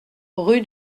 rue